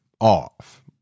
off